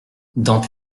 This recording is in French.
dans